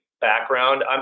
background